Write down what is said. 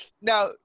now